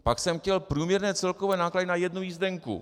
Pak jsem chtěl průměrné celkové náklady na jednu jízdenku.